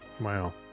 Wow